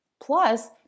Plus